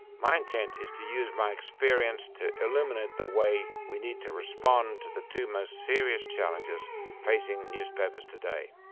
my intent is to use my experience to illuminate the way we need to respond to the two most serious challenges facing newspapers today.